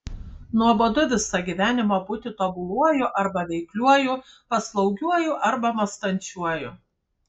nuobodu visą gyvenimą būti tobuluoju arba veikliuoju paslaugiuoju arba mąstančiuoju